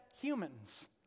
humans